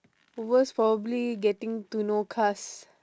worst probably getting to know kas